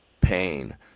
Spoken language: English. pain